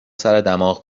سردماغ